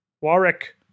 Warwick